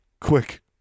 quick